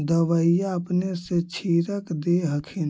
दबइया अपने से छीरक दे हखिन?